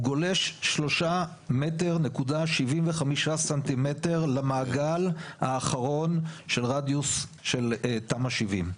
הוא גולש 3.75 מטר למעגל האחרון של רדיוס של תמ"א 70,